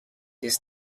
this